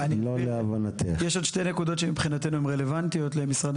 יש עוד שתי נקודות שמבחינתנו הן רלוונטיות למשרד